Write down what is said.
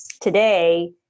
Today